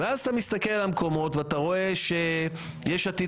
ואז אתה מסתכל על המקומות ואתה רואה שיש עתיד